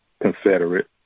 Confederate